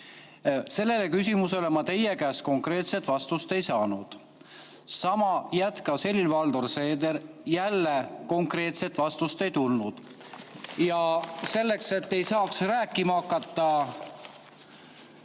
Sellele küsimusele ma teie käest konkreetset vastust ei saanud. Sama teemat jätkas Helir-Valdor Seeder, jälle konkreetset vastust ei tulnud. Ja selleks, et te ei saaks jälle rääkima hakata